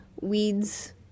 weeds